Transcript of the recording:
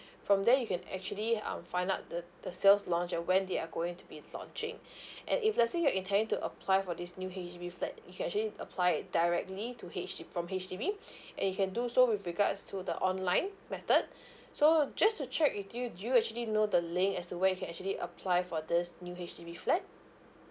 from there you can actually um find out the the sales launch and when they are going to be launching and if let's say you're intending to apply for this new H_D_B flat you can actually apply it directly to H_D~ from H_D_B and you can do so with regards to the online method so just to check with you do you actually know the link as to where you can actually apply for this new H_D_B flat